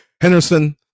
henderson